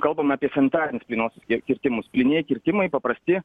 kalbame apie sanitarinius plynuosius kir kirtimus plynieji kirtimai paprasti